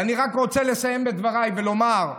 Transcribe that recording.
ואני רק רוצה לסיים את דבריי ולומר: